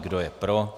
Kdo je pro?